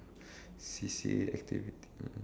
C_C_A activity